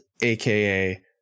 aka